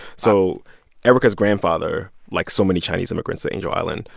so erika's grandfather, like so many chinese immigrants at angel island,